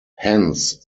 hence